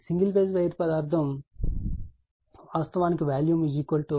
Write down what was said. single phase wire కోసం పదార్థం వాస్తవానికి వాల్యూమ్ 1